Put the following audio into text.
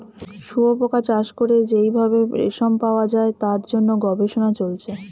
শুয়োপোকা চাষ করে যেই ভাবে রেশম পাওয়া যায় তার জন্য গবেষণা চলছে